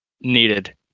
needed